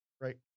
Right